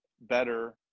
better